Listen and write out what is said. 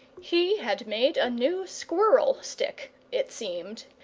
he had made a new squirrel-stick, it seemed.